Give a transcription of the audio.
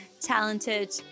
talented